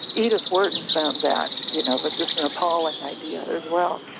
edith wharton found that you know but just an appalling idea, as well.